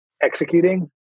executing